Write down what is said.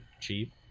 cheap